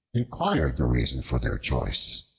inquired the reason for their choice.